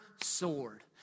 sword